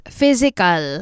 physical